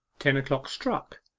ten o'clock struck.